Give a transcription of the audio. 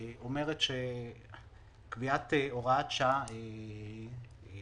אומרת שקביעת הוראת שעה לשנתיים,